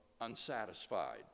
Unsatisfied